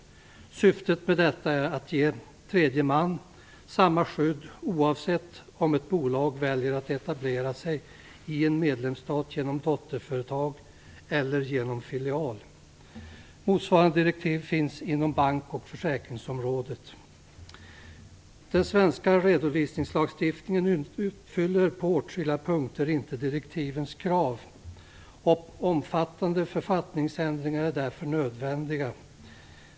Syftet med detta är att ge tredje man samma skydd oavsett om ett bolag väljer att etablera sig i en medlemsstat genom dotterföretag eller genom filial. Motsvarande direktiv finns inom bank och försäkringsområdet. Den svenska redovisningslagstiftningen uppfyller på åtskilliga punkter inte direktivens krav. Omfattande författningsändringar är därför nödvändiga.